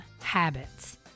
habits